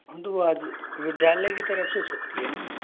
हाँ तो आज विद्यालय के तरफ से छुट्टी हैं ना